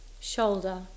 shoulder